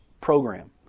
program